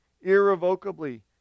irrevocably